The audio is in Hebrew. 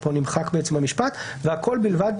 והכול ובלבד